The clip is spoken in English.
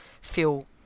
feel